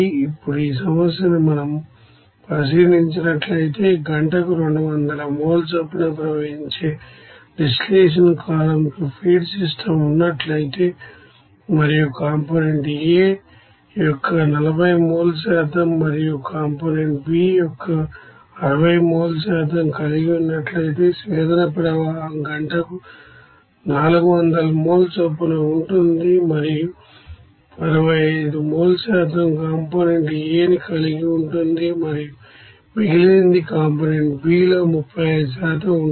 ఇప్పుడుఈ సమస్యను మనం పరిశీలించినట్లైతే గంటకు 200 మోల్ చొప్పున ప్రవహించే డిస్టిలేషన్ కాలమ్ కు ఫీడ్ స్ట్రీమ్ ఉన్నట్లయితే మరియు కాంపోనెంట్ A యొక్క 40 మోల్ శాతం మరియు కాంపోనెంట్ B యొక్క 60 మోల్ శాతం కలిగి ఉన్నట్లయితే స్వేదన ప్రవాహం గంటకు 400 మోల్ చొప్పున ఉంటుంది మరియు 65 మోల్ శాతం కాంపోనెంట్ A ని కలిగి ఉంటుంది మరియు మిగిలినది కాంపోనెంట్ B లో 35 ఉంటుంది